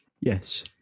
Yes